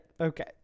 Okay